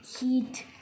heat